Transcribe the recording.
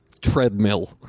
Treadmill